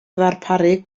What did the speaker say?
ddarparu